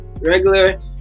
Regular